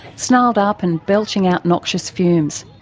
snarled up and belching out noxious fumes.